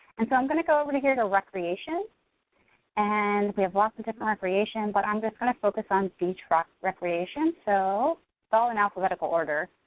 and so i'm gonna go over here to recreation and we have lots of different recreation, but i'm just gonna focus on beach rock recreation, so it's all in alphabetical order.